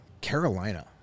Carolina